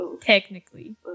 technically